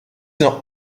not